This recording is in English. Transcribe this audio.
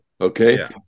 okay